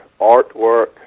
artwork